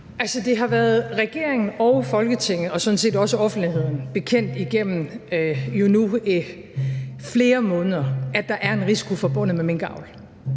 det har været regeringen og Folketinget og sådan set også offentligheden bekendt igennem nu flere måneder, at der er en risiko forbundet med minkavl.